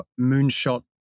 moonshot